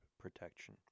protection